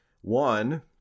one